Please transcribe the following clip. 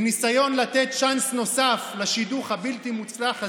בניסיון לתת צ'אנס נוסף לשידוך הבלתי-מוצלח הזה,